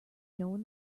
knowing